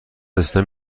رسیدن